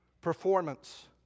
performance